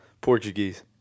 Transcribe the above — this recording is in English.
portuguese